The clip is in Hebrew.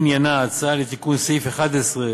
עניינה הצעה לתיקון סעיף 11,